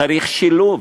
צריך שילוב.